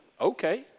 okay